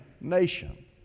nation